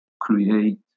create